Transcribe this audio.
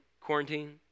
quarantine